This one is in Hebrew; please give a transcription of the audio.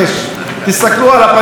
תסתכלו על הפנים שלו.